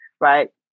right